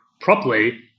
properly